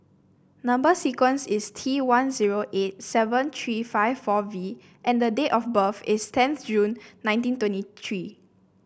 number sequence is T one zero eight seven three five four V and the date of birth is tenth June ninety twenty three